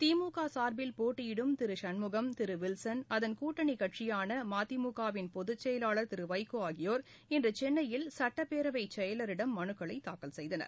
திமுகசா்பில் போட்டியிடும் திருசண்முகம் திருவில்சன் அதன் கூட்டணிகட்சியானமதிமுக வின் பொதுச்செயலாளர் திருவைகோஆகியோர் இன்றுசென்னையில் சட்டப்பேரவைசெயலரிடம் மனுக்களைதாக்கல் செய்தனர்